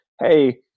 hey